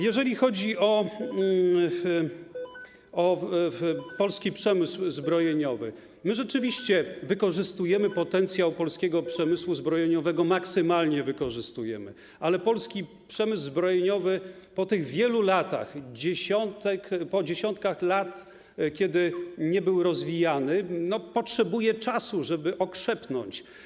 Jeżeli chodzi o polski przemysł zbrojeniowy, my rzeczywiście wykorzystujemy potencjał polskiego przemysłu zbrojeniowego, maksymalnie wykorzystujemy, ale polski przemysł zbrojeniowy po tych wielu latach, po dziesiątkach lat, kiedy nie był rozwijany, potrzebuje czasu, żeby okrzepnąć.